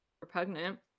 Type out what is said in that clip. Repugnant